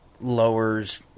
lowers